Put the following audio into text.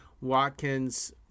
Watkins